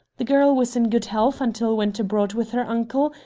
the girl was in good health until went abroad with her uncle,